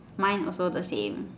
mine also the same